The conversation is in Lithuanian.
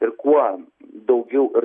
ir kuo daugiau ir